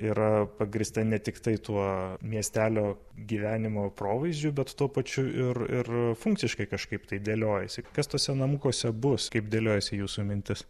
yra pagrįsta ne tiktai tuo miestelio gyvenimo provaizdžiu bet tuo pačiu ir ir funkciškai kažkaip tai dėliojasi kas tuose namukuose bus kaip dėliojasi jūsų mintis